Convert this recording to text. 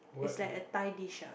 is like a thai dish ah